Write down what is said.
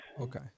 okay